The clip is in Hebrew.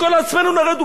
נראה דוגמה אישית,